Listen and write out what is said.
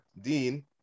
Dean